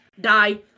die